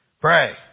Pray